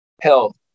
health